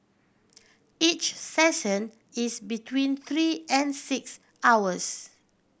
each session is between three and six hours